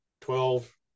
twelve